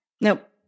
nope